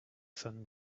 sun